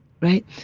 right